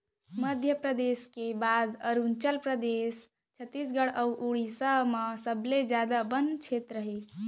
मध्यपरेदस के बाद अरूनाचल परदेस, छत्तीसगढ़ अउ उड़ीसा म सबले जादा बन छेत्र हे